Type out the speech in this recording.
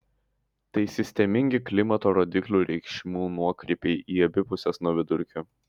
tai sistemingi klimato rodiklio reikšmių nuokrypiai į abi puses nuo vidurkio